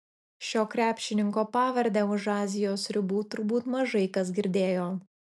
šio krepšininko pavardę už azijos ribų turbūt mažai kas girdėjo